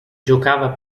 giocava